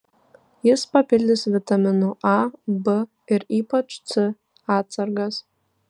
jis papildys vitaminų a b ir ypač c atsargas